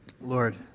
Lord